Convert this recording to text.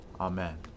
Amen